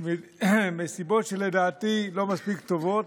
מסיבות שלדעתי הן לא מספיק טובות.